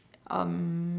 um